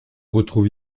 retrouve